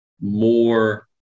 more